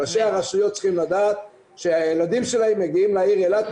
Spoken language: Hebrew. ראשי הרשויות צריכים לדעת שהילדים שלהם מגיעים לעיר אילת.